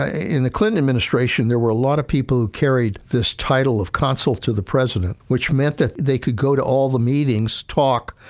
ah in the clinton administration, there were a lot of people who carried this title of consult to the president, which meant that they could go to all the meetings talk,